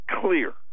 clear